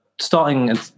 starting